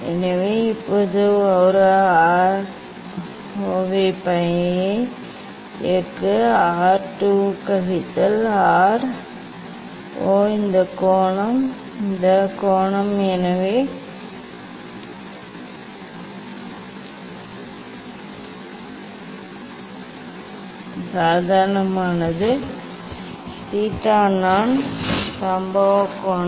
எனவே இப்போது ஒரு R 0 ஐ இயக்கு 2 கழித்தல் ஆர் 0 இந்த கோணம் இந்த கோணம் எனவே இப்போது இது சாதாரணமானது தீட்டா நான் தீட்டா நான் சம்பவம் கோணம்